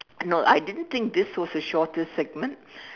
no I didn't think this was the shortest segment